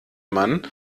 man